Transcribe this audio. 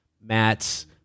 Matt's